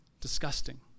disgusting